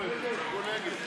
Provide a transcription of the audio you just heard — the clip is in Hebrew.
קבוצת סיעת ישראל ביתנו.